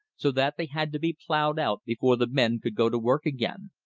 so that they had to be ploughed out before the men could go to work again.